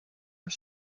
and